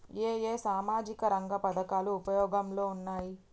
ఏ ఏ సామాజిక రంగ పథకాలు ఉపయోగంలో ఉన్నాయి?